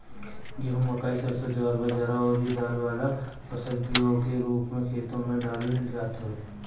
गेंहू, मकई, सरसों, ज्वार बजरा अउरी दाल वाला फसल बिया के रूप में खेते में डालल जात हवे